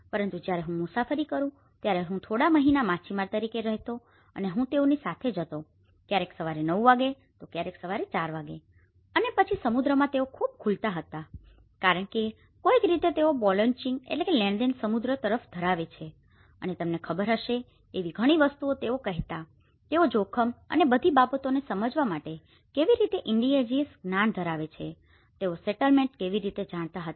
પરંતુ જ્યારે હું મુસાફરી કરતો હતો ત્યારે હું થોડા મહિના માછીમાર તરીકે રહેતો હતો અને હું તેઓની સાથે જતો હતોક્યારેક સવારે નવ વાગ્યેતો ક્યારેક સવારે ચાર વાગ્યે અને પછી સમુદ્રમાં તેઓ ખૂબ ખુલતા હતા કારણ કે કોઈક રીતે તેઓ બીલોન્ગીંગbelongingલેણદેણ સમુદ્ર તરફ ધરાવે છે અને તમને ખબર હશે એવી ઘણી વસ્તુઓ તેઓ કહેતા હતા તેઓ જોખમ અને આ બધી બાબતોને સમજવા માટે કેવી રીતે ઇન્ડીજિઅસ જ્ઞાન ધરાવે છે તેઓ સેટલમેન્ટને કેવી રીતે જાણતા હતા